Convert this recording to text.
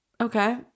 okay